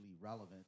relevant